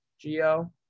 Geo